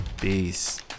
peace